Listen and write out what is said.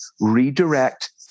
redirect